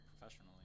professionally